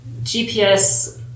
GPS